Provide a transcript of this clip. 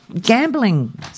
gambling